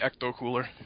ecto-cooler